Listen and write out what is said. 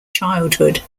childhood